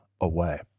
away